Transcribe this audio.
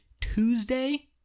Tuesday